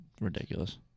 ridiculous